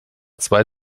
zwei